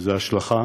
וזו השלכה